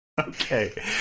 okay